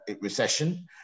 recession